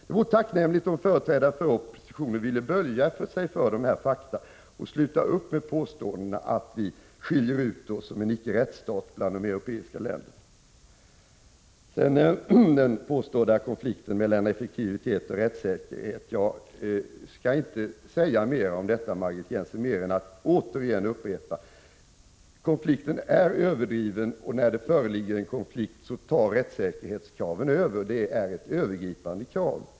Det vore tacknämligt om företrädare för oppositionen ville böja sig för dessa fakta och sluta upp med att göra påståenden om att Sverige skiljer ut sig som en icke-rättsstat bland de europeiska länderna. Sedan något om den påstådda konflikten mellan effektivitet och rättssäkerhet. Om detta skall jag inte säga mer än det som redan har sagts. Återigen upprepar jag således att konflikten är överdriven. När det föreligger en konflikt tar rättssäkerhetskravet över. Det är ett övergripande krav.